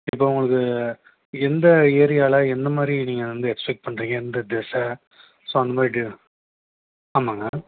இப்போ உங்களுக்கு எந்த ஏரியாவில் எந்த மாதிரி நீங்கள் வந்து எக்ஸ்பெக்ட் பண்ணுறீங்க எந்த திசை ஸோ அந்த மாதிரி டீ ஆமாங்க